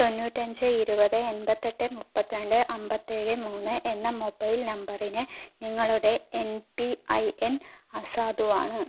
തൊണ്ണൂറ്റഞ്ച് ഇരുപത് എൺപത്തെട്ട് മുപ്പത്തിരണ്ട് അമ്പത്തേഴ് മൂന്ന് എന്ന മൊബൈൽ നമ്പറിന് നിങ്ങളുടെ എം പി ഐ എൻ അസാധുവാണ്